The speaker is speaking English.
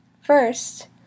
First